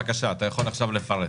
בבקשה, אתה יכול עכשיו לפרט.